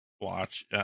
watch